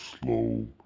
slow